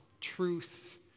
truth